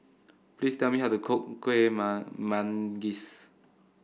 please tell me how to cook Kueh Manggis